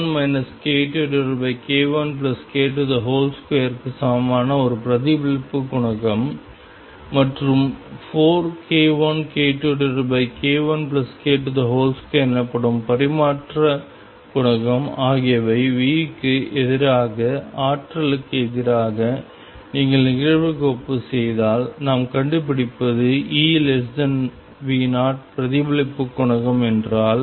k1 k2 k1k22 க்கு சமமான ஒரு பிரதிபலிப்பு குணகம் மற்றும் 4k1k2 k1k22 எனப்படும் பரிமாற்றக் குணகம் ஆகியவை V க்கு எதிராக ஆற்றலுக்கு எதிராக நீங்கள் நிகழ்வுக்கோப்பு செய்தால் நாம் கண்டுபிடிப்பது EV0 பிரதிபலிப்பு குணகம் என்றால்